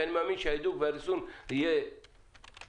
כי אני מאמין שההידוק והריסון יהיו קצרים